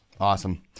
Awesome